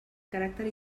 caràcter